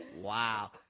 Wow